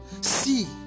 See